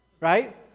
right